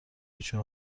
کوچه